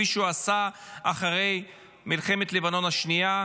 כפי שהוא עשה אחרי מלחמת לבנון השנייה,